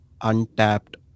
untapped